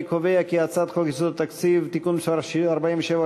אני קובע כי הצעת חוק יסודות התקציב (תיקון מס' 47,